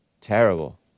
Terrible